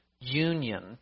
union